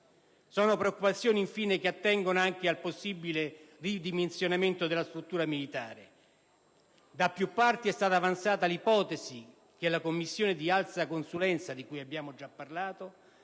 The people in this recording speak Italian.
Sono preoccupazioni, infine, che attengono anche al possibile ridimensionamento della struttura militare: da più parti è stata avanzata l'ipotesi che la Commissione di alta consulenza, di cui abbiamo già parlato,